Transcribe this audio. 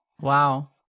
Wow